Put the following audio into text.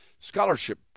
scholarship